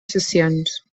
sessions